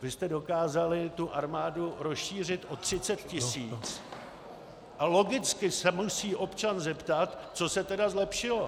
Vy jste dokázali tu armádu rozšířit o 30 tisíc a logicky se musí občan zeptat, co se tedy zlepšilo.